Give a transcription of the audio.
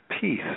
peace